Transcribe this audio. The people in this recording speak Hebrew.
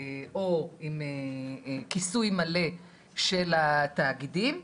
או עם כיסוי מלא של התאגידים.